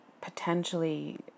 potentially